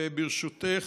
וברשותך,